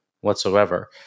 whatsoever